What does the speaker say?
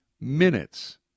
minutes